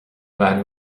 bhean